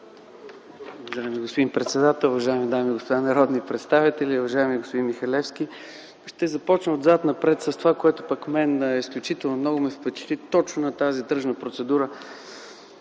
Ви, господин председател. Уважаеми дами и господа народни представители, уважаеми господин Михалевски! Ще започна отзад напред с това, което пък мен изключително много ме впечатли точно на тази тръжна процедура.